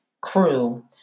Crew